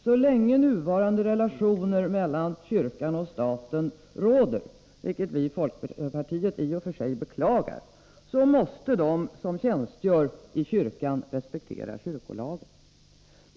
Så länge nuvarande relationer mellan kyrkan och staten råder — relationer som vi i folkpartiet i och för sig vill förändra — måste de som tjänstgör i kyrkan respektera kyrkolagen.